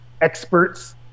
experts